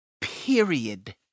Period